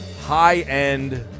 high-end